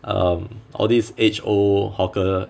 um all these age old hawker